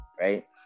right